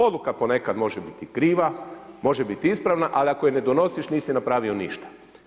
Odluka ponekad može biti kriva, može biti ispravna, ali ako je ne donosiš nisi napravio ništa.